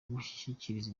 gushyikiriza